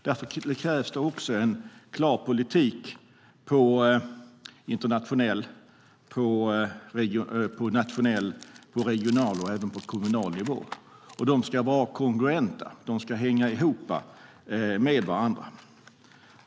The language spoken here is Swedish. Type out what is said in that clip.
Därför krävs också en klar politik på nationell, regional och även kommunal nivå. De ska vara kongruenta; de ska hänga ihop med varandra.